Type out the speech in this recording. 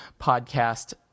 podcast